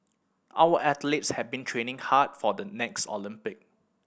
our athletes have been training hard for the next Olympics